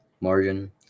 margin